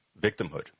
victimhood